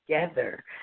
together